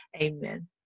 Amen